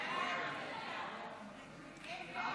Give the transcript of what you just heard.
ההצעה